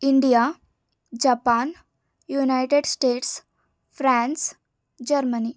India Japan United States France Germany